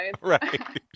right